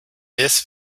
this